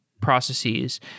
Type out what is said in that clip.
processes